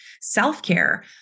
self-care